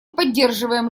поддерживаем